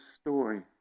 story